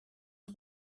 est